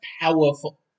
powerful